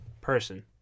person